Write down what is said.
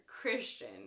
Christian